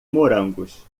morangos